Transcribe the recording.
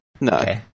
No